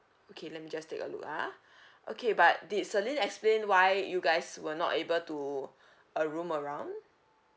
okay let me just take a look ah okay but did celine explain why you guys were not able to uh roam around